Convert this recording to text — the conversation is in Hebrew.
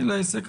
מפעיל העסק.